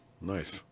Nice